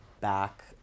back